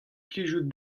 plijout